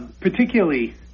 particularly